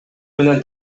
менен